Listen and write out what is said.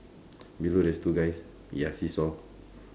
below there's two guys ya seesaw